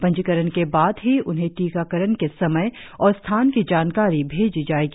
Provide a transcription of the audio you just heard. पंजीकरण के बाद ही उन्हें टीकाकरण के समय और स्थान की जानकारी भेजी जाएगी